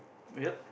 yep